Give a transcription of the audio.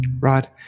Right